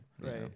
Right